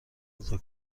غذای